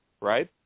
right